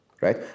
right